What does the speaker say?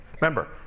Remember